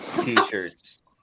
T-shirts